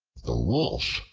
the wolf,